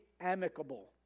amicable